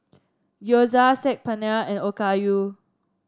Gyoza Saag Paneer and Okayu